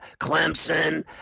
Clemson